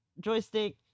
joystick